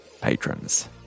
patrons